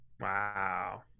Wow